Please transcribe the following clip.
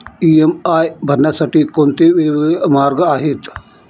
EMI भरण्यासाठी कोणते वेगवेगळे मार्ग आहेत?